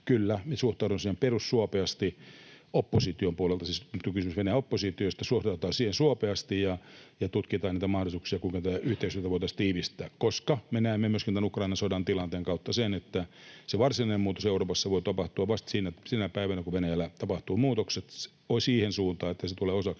Kyllä, me suhtaudumme siihen perussuopeasti opposition puolelta — siis nyt on kysymys Venäjän oppositiosta. Suhtaudutaan siihen suopeasti ja tutkitaan niitä mahdollisuuksia, kuinka tätä yhteistyötä voitaisiin tiivistää, koska me näemme myöskin Ukrainan sodan tilanteen kautta sen, että se varsinainen muutos Euroopassa voi tapahtua vasta sinä päivänä, kun Venäjällä tapahtuvat muutokset siihen suuntaan, että se tulee osaksi